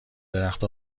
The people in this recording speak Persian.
درخت